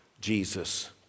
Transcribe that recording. Jesus